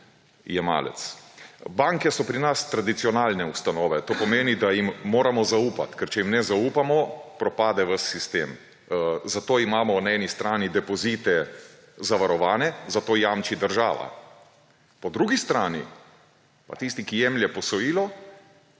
Banke so pri nas tradicionalne ustanove. To pomeni, da jim moramo zaupati, ker če jim ne zaupamo, propade ves sistem. Zato imamo na eni strani depozite zavarovane. Za to jamči država. Po drugi strani pa tisti, ki jemlje posojilo,